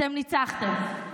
אתם ניצחתם.